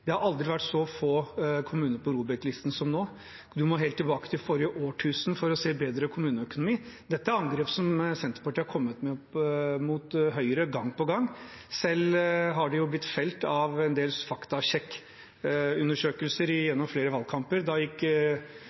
Det har aldri vært så få kommuner på ROBEK-listen som nå; vi må helt tilbake til forrige årtusen for å se en bedre kommuneøkonomi. Dette er angrep som Senterpartiet har kommet med mot Høyre gang på gang. Selv har de blitt felt av en del faktasjekk-undersøkelser i flere valgkamper. Da gikk